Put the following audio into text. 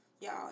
Y'all